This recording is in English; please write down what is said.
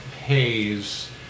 pays